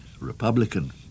Republican